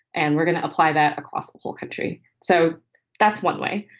and we're going to apply that across the whole country. so that's one way.